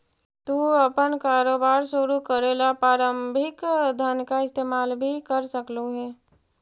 तू अपन कारोबार शुरू करे ला प्रारंभिक धन का इस्तेमाल भी कर सकलू हे